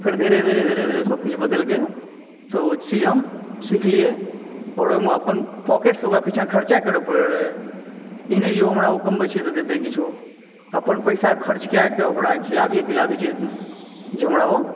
फेर धीरे धीरे धीरे धीरे सभकिछु बदलि गेल तऽ ओ चीज हम सिखलियै आओर ओहिमे अपन पॉकेटसँ ओकरा पीछाँ खर्चा करय पड़ल रहय ई नहि जे ओ हमरा कमबय छै तऽ दतय किछो अपन पैसा खर्चके कऽ ओकरा खिलाबियै पिलाबियै जे जे हमरा ओ